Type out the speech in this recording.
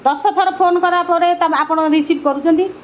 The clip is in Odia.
ଦଶ ଥର ଫୋନ୍ କଲାପରେ ତା ଆପଣ ରିସିଭ୍ କରୁଛନ୍ତି